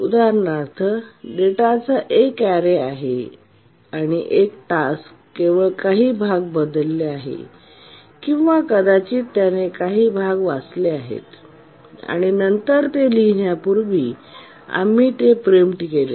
उदाहरणार्थ डेटाचा एक अॅरे आहे आणि एक टास्क केवळ काही भाग बदलले आहे किंवा कदाचित त्याने काही भाग वाचले आहेत आणि नंतर ते लिहिण्या पूर्वी आम्ही ते प्रिम्प्ट केले